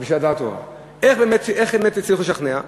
איך באמת הצליחו לשכנע?